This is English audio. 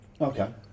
Okay